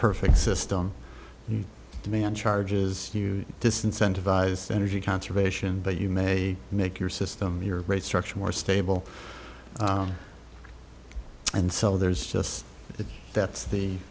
perfect system demand charges you disincentive eyes energy conservation but you may make your system your rate structure more stable and so there's just that's the